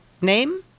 name